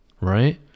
right